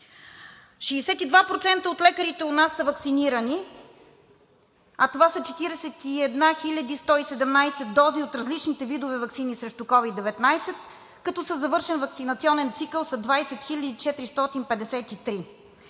62% от лекарите у нас са ваксинирани, а това са 41 117 дози от различните видове ваксини срещу COVID-19, като със завършен ваксинационен цикъл са 20 453.